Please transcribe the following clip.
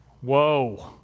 whoa